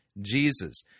jesus